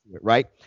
Right